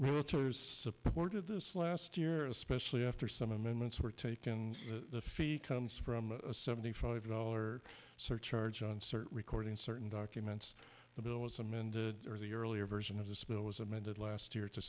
idea supported this last year especially after some amendments were taken the feet comes from a seventy five dollar surcharge on certain recording certain documents the bill as amended or the earlier version of this bill was amended last year to